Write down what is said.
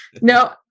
No